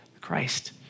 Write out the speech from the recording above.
Christ